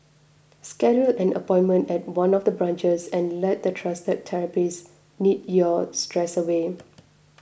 schedule an appointment at one of the branches and let the trusted therapists knead your stress away